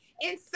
inside